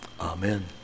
Amen